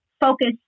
focus